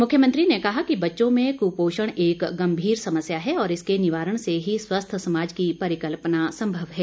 मुख्यमंत्री ने कहा कि बच्चों में कुपोषण एक गंभीर समस्या है और इसके निवारण से ही स्वस्थ समाज की परिकल्पना संभव है